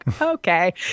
Okay